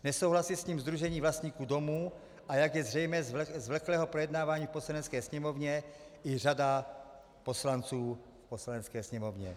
Nesouhlasí s ním sdružení vlastníků domů, a jak je zřejmé z vleklého projednávání v Poslanecké sněmovně, i řada poslanců v Poslanecké sněmovně.